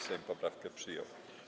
Sejm poprawkę przyjął.